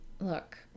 look